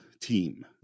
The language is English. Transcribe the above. team